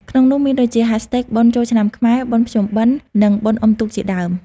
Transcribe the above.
ក្នុងនោះមានដូចជា hashtag #បុណ្យចូលឆ្នាំខ្មែរ #បុណ្យភ្ជុំបិណ្ឌ និង #បុណ្យអ៊ុំទូក ជាដើម។